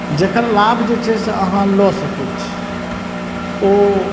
जकर लाभ जे छै से अहाँ लऽ सकै छी ओ